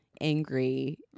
angry